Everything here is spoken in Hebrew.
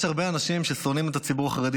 יש הרבה אנשים שלדעתי שונאים את הציבור החרדי,